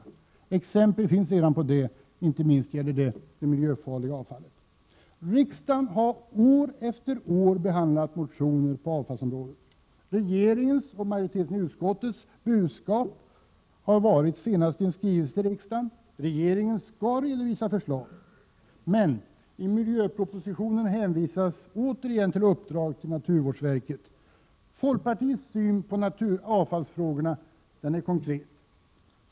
Det finns redan exempel på att så är fallet, inte minst när det gäller det miljöfarliga avfallet. Riksdagen har år efter år behandlat motioner på avfallsområdet. Regeringens och utskottsmajoritetens budskap har varit — det senaste exemplet är en skrivelse till riksdagen: Regeringen skall redovisa förslag. Men i miljöpropositionen hänvisas återigen till uppdrag till naturvårdsverket. Folkpartiet har en konkret syn på avfallsfrågorna.